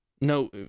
No